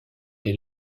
les